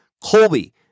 Colby